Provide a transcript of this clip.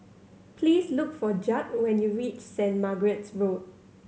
please look for Judd when you reach Saint Margaret's Road